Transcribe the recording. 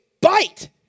bite